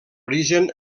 origen